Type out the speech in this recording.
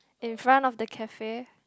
in front of the cafe